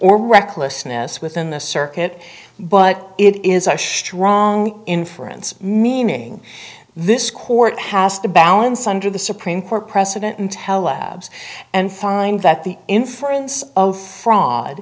or recklessness within the circuit but it is our strong inference meaning this court has to balance under the supreme court precedent and tellabs and find that the inference of fraud